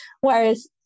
Whereas